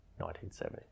1970